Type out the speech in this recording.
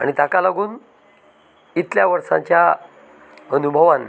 आनी ताका लागून इतल्या वर्सांच्या अनुभवान